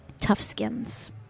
Toughskins